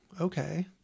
okay